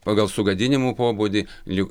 pagal sugadinimų pobūdį jų